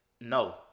no